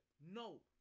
No